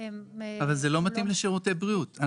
--- אבל זה לא מתאים לשירותי בריאות.